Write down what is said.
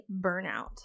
burnout